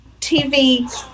TV